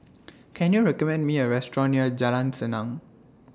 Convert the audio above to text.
Can YOU recommend Me A Restaurant near Jalan Senang